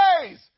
days